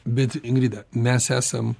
bet ingrida mes esam